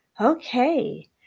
Okay